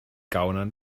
gaunern